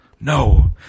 No